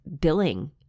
billing